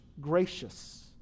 gracious